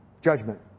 judgment